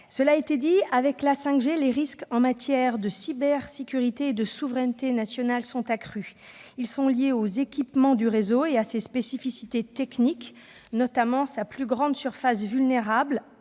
nationale. Avec la 5G, les risques en matière de cybersécurité et de souveraineté nationale sont accrus. Ils sont liés aux équipements du réseau et à ses spécificités techniques, notamment sa plus grande surface de vulnérabilité